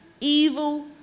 evil